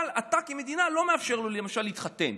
אבל אתה כמדינה לא מאפשר לו למשל להתחתן.